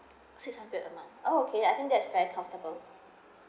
six hundred a month oh okay I think that is very comfortable